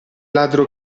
ladro